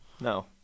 No